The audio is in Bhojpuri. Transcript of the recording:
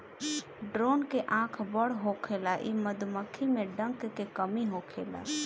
ड्रोन के आँख बड़ होखेला इ मधुमक्खी में डंक के कमी होखेला